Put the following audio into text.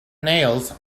nails